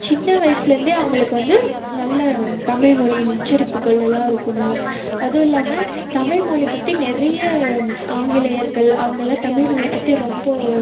சின்ன வயசுலேருந்தே அவங்களுக்கு வந்து நல்ல தமிழ் மொழியின் உச்சரிப்புகள் எல்லாம் இருக்கணும் அதுவும் இல்லாமல் தமிழ் மொழி பற்றி நிறைய ஆங்கிலேயர்கள் அவங்கள்லாம் தமிழ் மொழிய பற்றி ரொம்ப